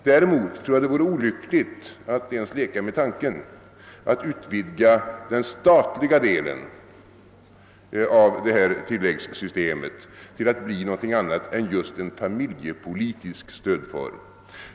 Däremot tror jag att det vore olyckligt att ens leka med tanken att utvidga den statliga delen av detta tilläggssystem till att bli någonting annat än just en familjepolitisk stödform.